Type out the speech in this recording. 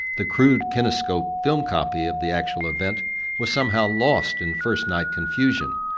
the crude kinescope film copy of the actual event was somehow lost in first-night confusion.